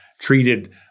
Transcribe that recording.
treated